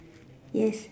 yes